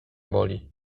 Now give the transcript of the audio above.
boli